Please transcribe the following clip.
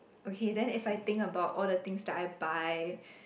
okay then if I think about all the things that I buy